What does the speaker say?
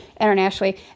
internationally